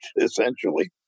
essentially